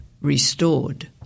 restored